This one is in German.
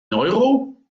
euro